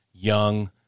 young